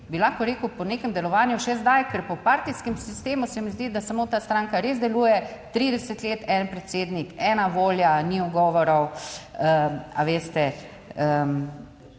bi lahko rekel po nekem delovanju še zdaj, ker po partijskem sistemu se mi zdi, da samo ta stranka res deluje 30 let, en predsednik, ena volja, ni ugovorov. Ali veste,